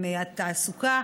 התעסוקה,